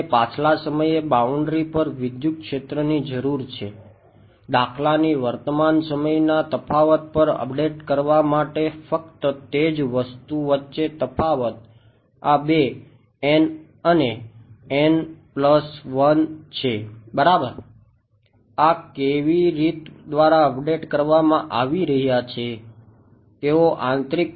મને પાછલા સમયે બાઉન્ડ્રી ઉપર છે બરાબર